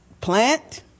plant